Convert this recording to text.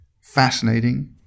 fascinating